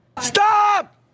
Stop